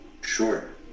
Sure